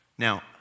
Now